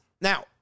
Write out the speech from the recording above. Now